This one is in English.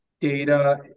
data